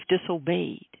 disobeyed